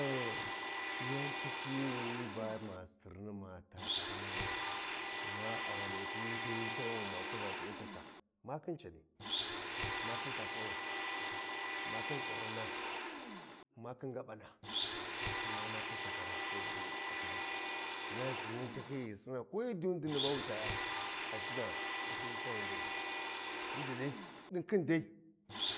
Eh yan tahyi wuyi ba ma Sirni ma taa ɗa nana gma a ghani ti yan tahyiyi taghum wi ma kuʒa p’iya ta sa, ma khin cani, ma khin kakawai ma khin ƙurinna, ma khin ngabana gma ma khin salar um um tsakarai, lthinni ltin yan tahyiyi ghi Sinna ko hyi diyuni dinni ba wu caya ai Sina yan tahyiyi taghun be’e